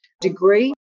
degree